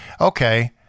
okay